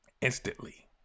instantly